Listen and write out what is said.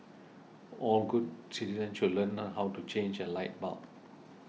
all good citizens should learn how to change a light bulb